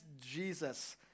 Jesus